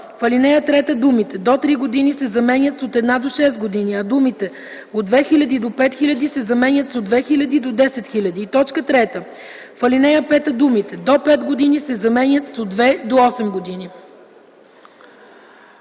ал. 3 думите „до 3 години” се заменят с „от 1 до 6 години”, а думите „от 2000 до 5000” се заменят с „от 2000 до 10 000”. 3. В ал. 5 думите „до 5 години” се заменят с „от 2 до 8 години”.”